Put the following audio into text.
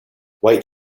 wait